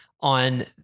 on